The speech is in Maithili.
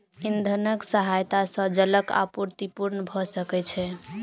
इंधनक सहायता सॅ जलक आपूर्ति पूर्ण भ सकै छै